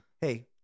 Hey